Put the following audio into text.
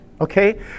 okay